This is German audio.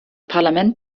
parlament